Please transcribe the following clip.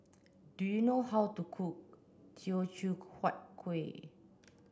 do you know how to cook Teochew Huat Kuih